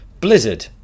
Blizzard